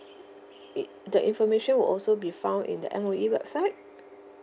it the information will also be found in the M_O_E website